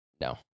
No